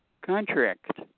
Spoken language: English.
contract